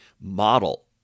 model